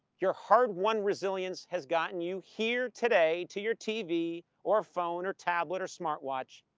your hard won resilience has gotten you here, today, to your tv, or phone, or tablet, or smartwatch,